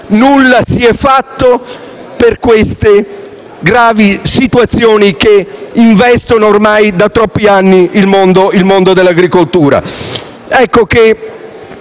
nulla si è fatto per le gravi situazioni che investono ormai da troppi anni il mondo dell'agricoltura.